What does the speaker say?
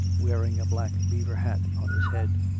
wearing a black beaver hat on his head.